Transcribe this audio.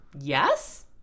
Yes